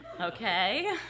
Okay